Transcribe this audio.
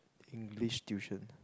English tuition